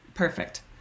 Perfect